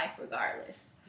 regardless